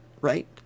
right